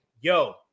yo